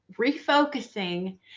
refocusing